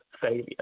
failure